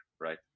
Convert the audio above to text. right